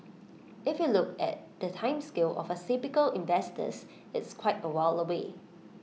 if you look at the time scale of the typical investors it's quite A while away